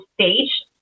stage